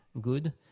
good